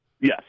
Yes